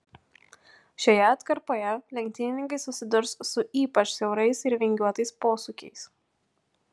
šioje atkarpoje lenktynininkai susidurs su ypač siaurais ir vingiuotais posūkiais